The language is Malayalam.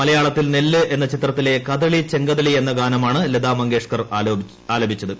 മലയാളത്തിൽ നെല്ല് എന്ന ചിത്രത്തിലെ കദളി ചെങ്കദളി എന്ന ഗാനമാണ് ലതാമങ്കേഷ്കർ ആലപിച്ചത്